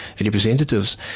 representatives